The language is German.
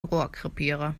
rohrkrepierer